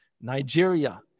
Nigeria